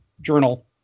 journal